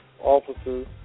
officers